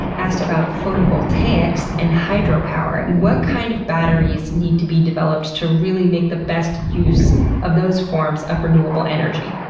asked about photovoltaics and hydro power, and what kind of batteries need to be developed to really make the best use of those forms of renewable energy?